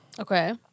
Okay